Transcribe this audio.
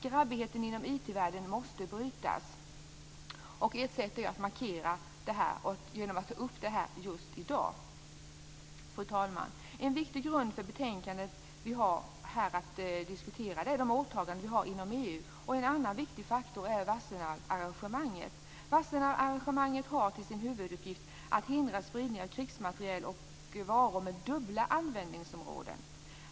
Grabbigheten inom IT-världen måste brytas. Ett sätt att markera det är att ta upp den frågan just i dag. Fru talman! En viktig grund för betänkandet vi här har att diskutera är de åtaganden vi har inom EU. En annan viktig faktor är Wassenaararrangemanget. Wassenaararrangemanget har till sin huvuduppgift att hindra spridning av krigsmateriel och varor med dubbla användningsområden.